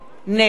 נגד